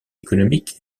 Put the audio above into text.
économique